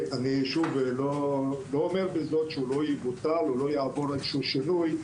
אני שוב לא אומר בזאת שהוא לא יבוטל או לא יעבור איזשהו שינוי.